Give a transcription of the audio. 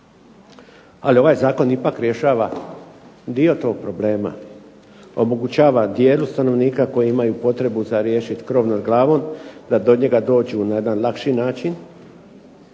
Ali ovaj zakon ipak rješava dio toga problema, omogućava dijelu stanovnika koji imaju potrebu za riješiti krov nad glavom da do njega dođu na jedan lakši način